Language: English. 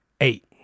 eight